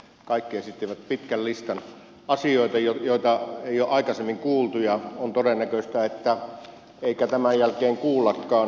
kaikki esittivät pitkän listan asioita joita ei ole aikaisemmin kuultu ja on todennäköistä ettei tämän jälkeen kuullakaan